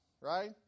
right